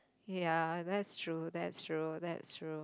ya that's true that's true that's true